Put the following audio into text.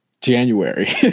January